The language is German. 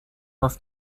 aus